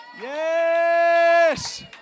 yes